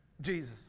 Jesus